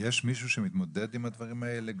יש מישהו שמתמודד עם הדברים האלה?